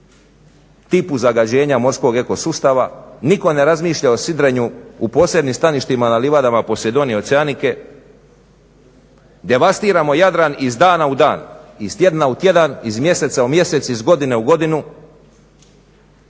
tipu zagađenja morskog ekosustava, nitko ne razmišlja o sidrenju u posebnim staništima na livadama posedonije, oceanike. Devastiramo Jadran iz dana u dan, iz tjedna u tjedan, iz mjeseca u mjesec, iz godine u godinu,